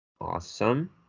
Awesome